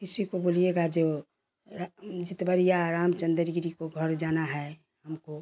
किसी को बोलिएगा जो चितबरिया रामचंदर गिरी को घर जाना है हमको